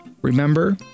Remember